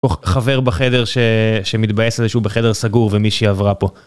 חבר בחדר שמתבאס על זה שהוא בחדר סגור ומישהי עברה פה.